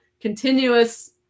continuous